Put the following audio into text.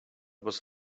was